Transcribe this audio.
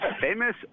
Famous